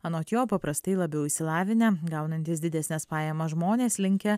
anot jo paprastai labiau išsilavinę gaunantys didesnes pajamas žmonės linkę